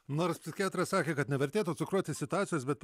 nors psichiatras sakė kad nevertėtų cukruoti situacijos bet